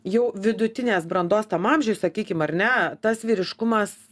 jau vidutinės brandos tam amžiui sakykim ar ne tas vyriškumas